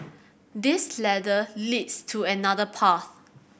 this ladder leads to another path